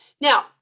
Now